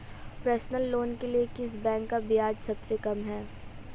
Personal loan के लिए किस बैंक का ब्याज सबसे कम है?